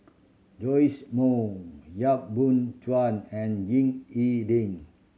Joash Moo Yap Boon Chuan and Ying E Ding